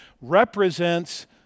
represents